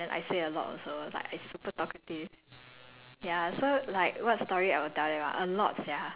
okay lah I got I got no latch on my mouth [one] I just say anything and then I say a lot also like I super talkative